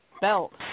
belt